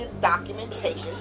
documentation